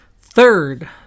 Third